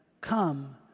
come